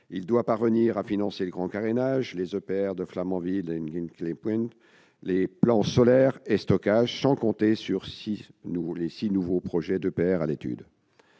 il doit parvenir à financer le grand carénage, les EPR de Flamanville et d'Hinkley Point, les plans solaire et stockage, sans compter les six nouveaux projets d'EPR à l'étude.